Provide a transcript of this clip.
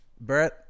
Brett